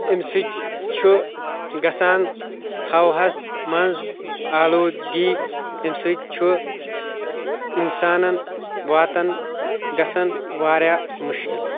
اَمہِ سۭتۍ چھُ گژھان ہواہَس منٛز آلودگی اَمہِ سۭتۍ چھُ اِنسانن واتان گژھان واریاہ مُشکِل